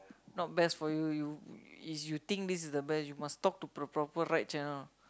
not best for you you is you think this is the best you must talk to the proper right channel